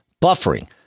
buffering